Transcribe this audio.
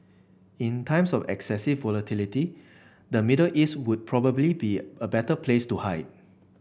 in times of excessive volatility the Middle East would probably be a better place to hide